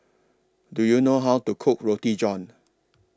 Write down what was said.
Do YOU know How to Cook Roti John